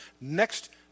next